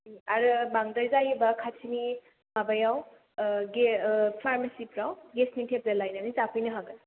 आरो बांद्राय जायोब्ला खाथिनि माबायाव फारमासिफोराव गेसनि टेबलेट लायनानै जाफैनो हागोन